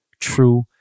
True